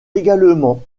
également